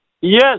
Yes